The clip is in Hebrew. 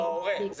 ההורים.